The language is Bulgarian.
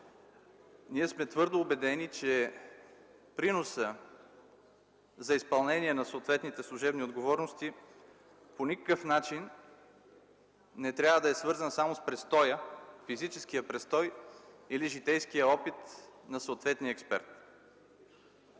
ние сме твърдо убедени, че приносът за изпълнение на съответните служебни отговорности по никакъв начин не трябва да е свързан само с физическия престой или с житейския опит на съответния експерт.